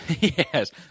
yes